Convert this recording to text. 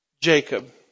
Jacob